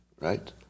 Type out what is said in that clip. right